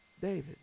David